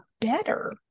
better